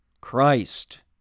Christ